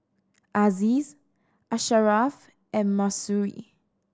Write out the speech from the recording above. Aziz Asharaff and Mahsuri